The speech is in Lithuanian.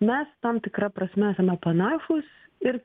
mes tam tikra prasme esame panašūs ir